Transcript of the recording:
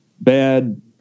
bad